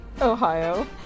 Ohio